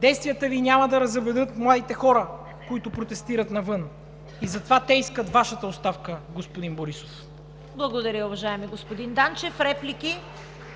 Действията Ви няма да разубедят младите хора, които протестират навън, и затова те искат Вашата оставка, господин Борисов! ПРЕДСЕДАТЕЛ ЦВЕТА КАРАЯНЧЕВА: Благодаря, уважаеми господин Данчев. Реплики?